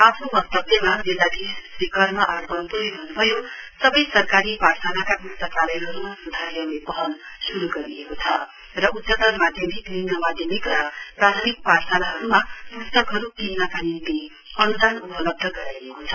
आफ्नो वक्तव्यमा जिल्लाधीश श्री कर्म आर वन्पोलो भन्नुभयो सवै सरकारी पाठशालाका पुस्तकालयहरुमा सुधार ल्याउने पहल शुरु गरिएको छ र उच्चतर माद्यमिक निम्न माद्यमिक र प्राथंमिक पाठशालाहरुमा पुस्तकहरु किन्नका निम्ति अनुदान उपलब्ध गराइएको छ